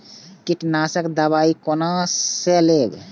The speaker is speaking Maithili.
कीट नाशक दवाई कोन सा लेब?